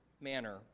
manner